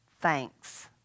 thanks